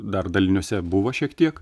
dar daliniuose buvo šiek tiek